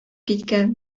киткән